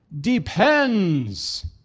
depends